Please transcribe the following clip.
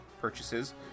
purchases